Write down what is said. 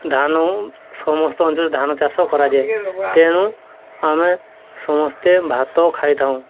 ଧାନ ସମସ୍ତ ଅଞ୍ଚଳରେ ଧାନ ଚାଷ କରାଯାଏ ତେଣୁ ଆମେ ସମସ୍ତେ ଭାତ ଖାଇଥାଉ